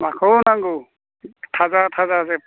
माखौ नांगौ थाजा थाजा जोब